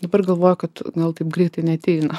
dabar galvoju kad gal taip greitai neateina